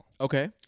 Okay